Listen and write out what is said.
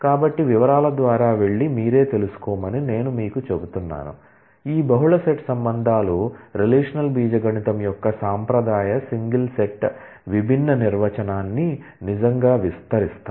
కాబట్టి వివరాల ద్వారా వెళ్లి మీరే తెలుసుకోమని నేను మీకు చెప్తున్నాను ఈ బహుళ సెట్ రిలేషన్లు రిలేషనల్ బీజగణితం యొక్క సాంప్రదాయ సింగిల్ సెట్ విభిన్న నిర్వచనాన్ని నిజంగా విస్తరిస్తాయి